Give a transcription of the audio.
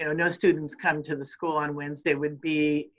you know no students come to the school on wednesday would be,